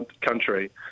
country